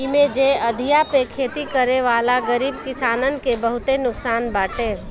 इमे जे अधिया पे खेती करेवाला गरीब किसानन के बहुते नुकसान बाटे